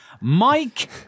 Mike